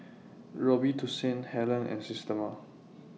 Robitussin Helen and Systema